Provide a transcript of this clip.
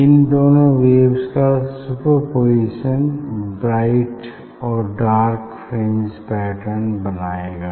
इन दोनों वेव्स का superposition bright और डार्क फ्रिंज पैटर्न बनाएगा